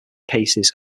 cases